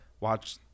watch